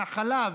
מהחלב,